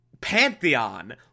Pantheon